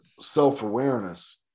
self-awareness